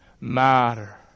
matter